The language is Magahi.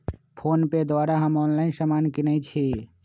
फोनपे द्वारा हम ऑनलाइन समान किनइ छी